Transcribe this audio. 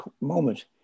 moment